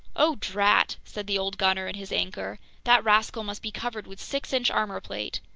oh drat! said the old gunner in his anger. that rascal must be covered with six-inch armor plate!